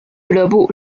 俱乐部